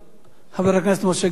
חבר הכנסת משה גפני.